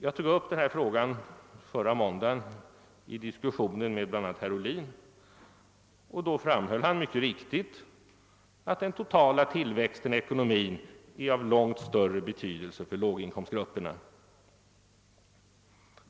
Jag tog upp denna fråga förra måndagen i radiodiskussionen med bl.a. herr Ohlin, och då framhöll han mycket riktigt att den totala tillväxten i ekonomin är av långt större betydelse för låginkomstgrupperna.